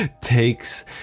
takes